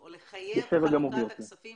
או לחייב את ועדת הכספים.